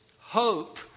hope